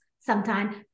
sometime